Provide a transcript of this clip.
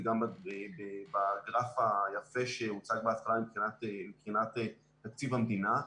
גם בגרף היפה שהוצג בהתחלה מבחינת תקציב המדינה.